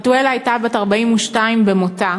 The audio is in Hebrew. חתואלה הייתה בת 42 במותה,